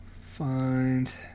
find